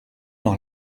dans